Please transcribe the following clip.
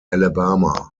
alabama